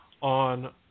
on